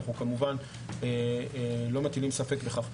אנחנו כמובן לא מטילים ספק בכך.